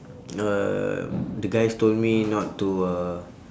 um the guys told me not to uh